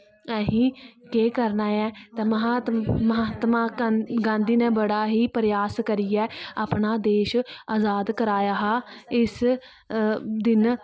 असें केह् करना ऐ ते महात्मा गांघी ने बड़ा ही प्रयास करियै अपना देश आजाद कराया हा इस दिन